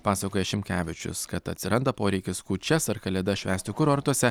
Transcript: pasakoja šimkevičius kad atsiranda poreikis kūčias ar kalėdas švęsti kurortuose